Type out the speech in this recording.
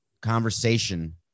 conversation